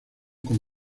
con